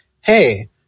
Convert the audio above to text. Hey